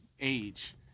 age